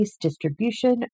distribution